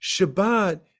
Shabbat